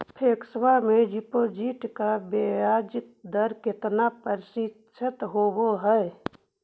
Fix deposit का ब्याज दर कितना प्रतिशत होब है?